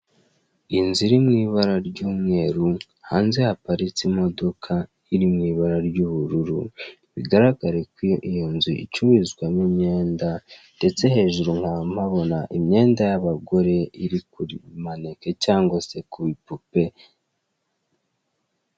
Inzu iri mu ibara ry'umweru, hanze haparitse imodoka iri mu ibara ry'ubururu, bigaragare ko iyo nzu icururizwamo imyenda, ndetse hejuru nkaba mpabona imyenda y'abagore iri kuri maneke cyangwa se kubipupe.